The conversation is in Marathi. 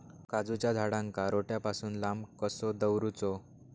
काजूच्या झाडांका रोट्या पासून लांब कसो दवरूचो?